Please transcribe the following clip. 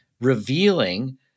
revealing